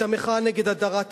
את המחאה נגד הדרת הנשים.